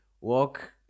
walk